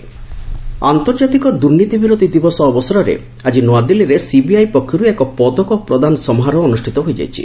anti corruption day' ଆନ୍ତର୍ଜାତିକ ଦୁର୍ନୀତି ବିରୋଧୀ ଦିବସ ଅବସରରେ ଆଜି ନୂଆଦିଲ୍ଲୀରେ ସିବିଆଇ ପକ୍ଷରୁ ଏକ ପଦକ ପ୍ରଦାନ ସମାରୋହ ଅନୁଷ୍ଠିତ ହୋଇଯାଇଛି